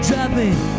Driving